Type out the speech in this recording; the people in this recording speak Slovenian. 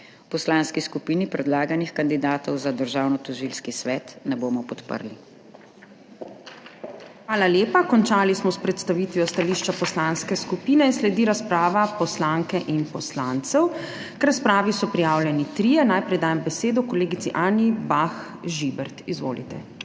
poslanski skupini predlaganih kandidatov za Državnotožilski svet ne bomo podprli. **PREDSEDNICA MAG. URŠKA KLAKOČAR ZUPANČIČ:** Hvala lepa. Končali smo s predstavitvijo stališča poslanske skupine in sledi razprava poslank in poslancev. K razpravi so prijavljeni trije. Najprej dajem besedo kolegici Anji Bah Žibert. Izvolite.